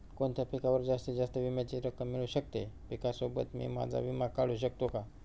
कोणत्या पिकावर जास्तीत जास्त विम्याची रक्कम मिळू शकते? पिकासोबत मी माझा विमा काढू शकतो का?